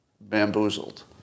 bamboozled